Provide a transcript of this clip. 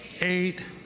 eight